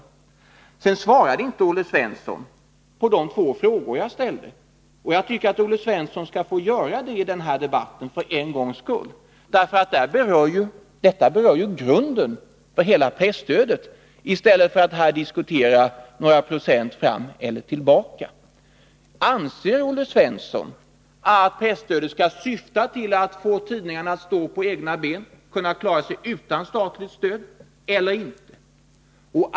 Olle Svensson svarade inte på de två frågor jag ställde. Jag tycker att Olle Svensson skall göra det i den här debatten, för en gångs skull — detta berör ju grunden för hela presstödet — i stället för att diskutera några procent fram eller tillbaka. Anser Olle Svensson att presstödet skall syfta till att få tidningarna att stå på egna ben och klara sig utan statligt stöd eller inte?